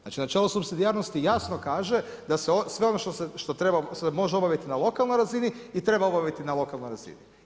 Znači načelo supsidijarnosti jasno kaže da sve ono što treba se može obaviti na lokalnoj razini i treba obaviti na lokalnoj razini.